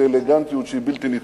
ואלגנטיות שהיא בלתי נתפסת.